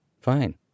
Fine